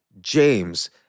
James